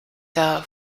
der